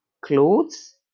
clothes